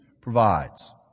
provides